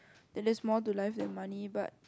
that there is more to life than money but